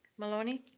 maloney?